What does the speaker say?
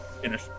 finish